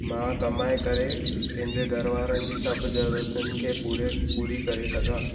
मां कमाए करे पंहिंजे घर वारनि जी सभु ज़रूरतुनि खे पूरे पूरी करे सघां